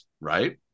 right